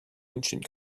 ancient